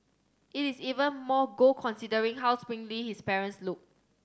it is even more gold considering how sprightly his parents look